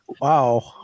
Wow